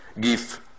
give